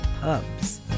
pubs